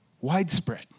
widespread